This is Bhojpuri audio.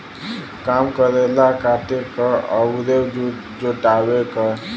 काम करेला काटे क अउर जुटावे क